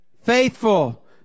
Faithful